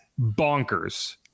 bonkers